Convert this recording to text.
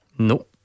No